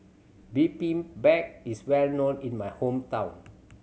bibimbap is well known in my hometown